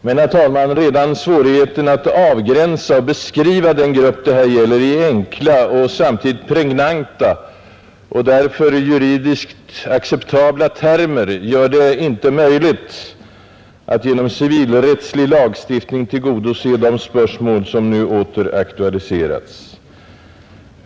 Men, herr talman, redan svårigheterna att avgränsa och beskriva den grupp det här gäller i enkla och samtidigt pregnanta och därför juridiskt acceptabla termer gör det omöjligt att genom civilrättslig lagstiftning tillgodose de spörsmål som nu åter aktualiserats.